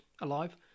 alive